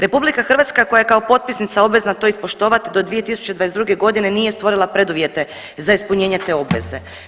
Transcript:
RH koja je kao potpisnica obvezna to ispoštovat do 2022.g. nije stvorila preduvjete za ispunjenje te obveze.